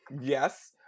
Yes